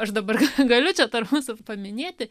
aš dabar galiu čia tarp mūsų paminėti